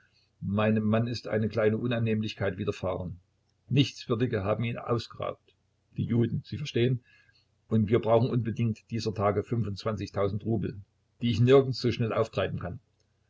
meinem mann ist eine kleine unannehmlichkeit widerfahren nichtswürdige haben ihn ausgeraubt die juden sie verstehen und wir brauchen unbedingt dieser tage fünfundzwanzigtausend rubel die ich nirgends so schnell auftreiben kann